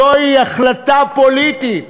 זוהי החלטה פוליטית,